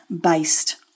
based